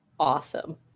Awesome